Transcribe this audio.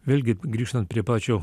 vėlgi grįžtant prie pačio